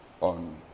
on